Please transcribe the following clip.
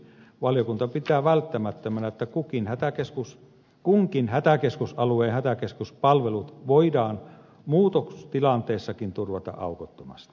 valiokunta pitää välttämättömänä että kunkin hätäkeskusalueen hätäkeskuspalvelut voidaan muutostilanteessakin turvata aukottomasti